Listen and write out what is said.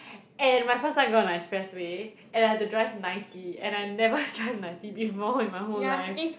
and my first time going up the expressway and I had to drive ninety and I never drive ninety before in my whole life